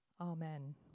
Amen